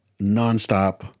nonstop